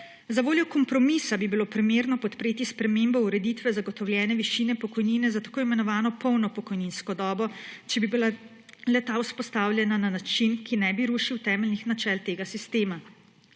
Zavoljo kompromisa bi bilo primerno podpreti spremembo ureditve zagotovljene višine pokojnine za tako imenovano polno pokojninsko dobo, če bi bila le-ta vzpostavljena na način, ki ne bi rušil temeljnih načel tega sistema.